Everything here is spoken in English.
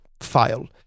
file